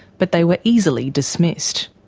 but they were easily dismissed.